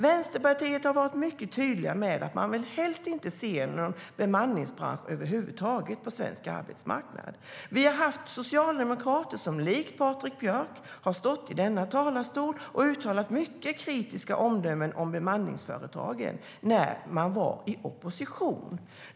Vänsterpartiet har varit mycket tydligt med att man helst inte vill se någon bemanningsbransch över huvud taget på svensk arbetsmarknad. Vi har haft socialdemokrater som likt Patrik Björck har stått i denna talarstol och uttalat mycket kritiska omdömen om bemanningsföretagen när de var i opposition.